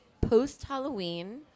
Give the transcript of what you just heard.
post-Halloween